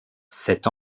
cet